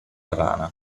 rana